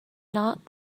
not